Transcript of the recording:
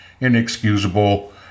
inexcusable